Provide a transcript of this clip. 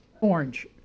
orange